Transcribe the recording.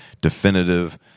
definitive